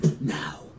now